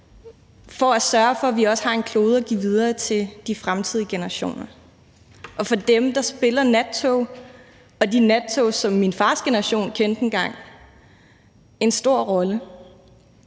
for at sørge for, at vi også har en klode at give videre til de fremtidige generationer. Og for dem spiller nattog og de nattog, som min fars generation kendte engang, en stor rolle.